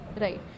Right